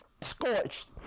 scorched